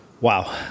Wow